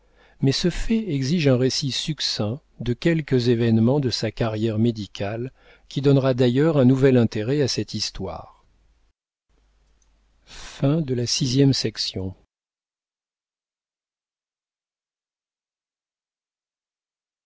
mais ce fait exige un récit succinct de quelques événements de sa carrière médicale qui donnera d'ailleurs un nouvel intérêt à cette histoire